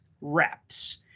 reps